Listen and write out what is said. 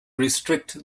restrict